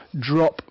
drop